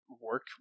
work